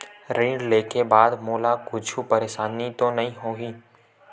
ऋण लेके बाद मोला कुछु परेशानी तो नहीं होही?